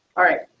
alright,